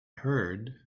heard